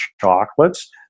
chocolates